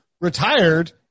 retired